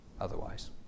otherwise